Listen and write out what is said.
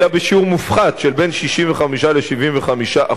אלא בשיעור מופחת שבין 65% ל-75%.